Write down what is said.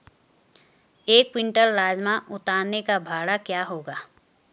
एक क्विंटल राजमा उतारने का भाड़ा क्या होगा?